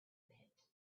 pit